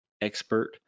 expert